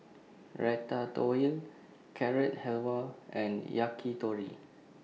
Ratatouille Carrot Halwa and Yakitori